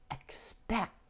expect